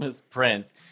Prince